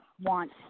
want